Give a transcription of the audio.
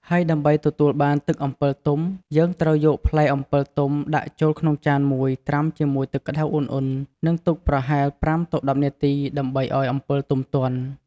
ហើយដើម្បីទទួលបានទឹកអំពិលទុំ យើងត្រូវយកផ្លែអំពិលទុំដាក់ចូលក្នុងចានមួយត្រាំជាមួយទឹកក្ដៅឧណ្ហៗ និងទុកប្រហែល ៥ទៅ១០ នាទី ដើម្បីឱ្យអំពិលទុំទន់។